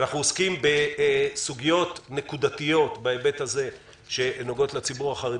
אנחנו עוסקים בסוגיות נקודתיות שנוגעות לציבור החרדי,